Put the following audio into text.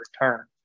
return